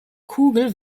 kugel